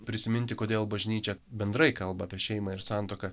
prisiminti kodėl bažnyčia bendrai kalba apie šeimą ir santuoką